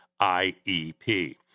IEP